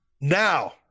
Now